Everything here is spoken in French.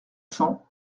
cent